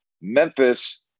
Memphis